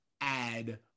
add